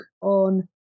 on